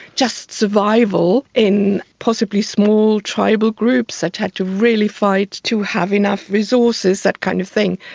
just survival in possibly small tribal groups that had to really fight to have enough resources, that kind of thing.